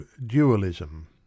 dualism